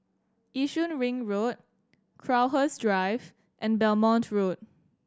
Yishun Ring Road Crowhurst Drive and Belmont Road